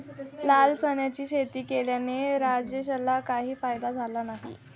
लाल चण्याची शेती केल्याने राजेशला काही फायदा झाला नाही